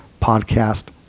podcast